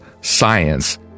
science